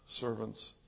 Servants